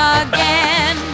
again